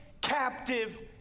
captive